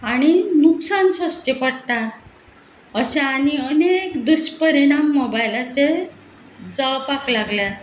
आनी नुकसान सोंसचें पडटा अशे आनी अनेक दुश्परिणाम मोबायलाचेर जावपाक लागल्या